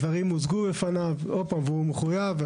הדברים הוצגו לפניו והוא מחויב.